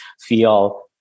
feel